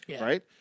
right